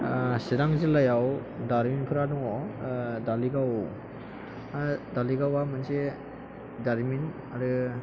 सिरां जिल्लायाव दारिमिनफोरा दङ दालिगाव दालिगावआ मोनसे दारिमिन आरो